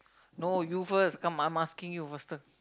no you first come I'm asking you faster